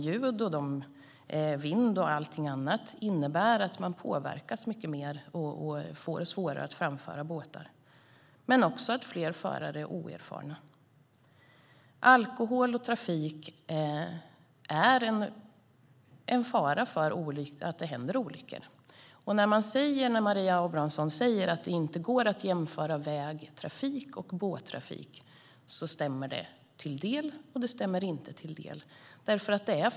Ljud, vind och allting annat innebär att man påverkas mycket mer och får det svårare att framföra båtar. Det är också så att fler förare är oerfarna. Alkohol i trafiken är en fara därför att det sker olyckor. När Maria Abrahamsson säger att det inte går att jämföra vägtrafik och båttrafik stämmer det bara delvis.